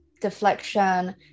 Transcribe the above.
deflection